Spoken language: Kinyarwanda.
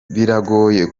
biragoye